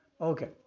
Okay